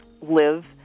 live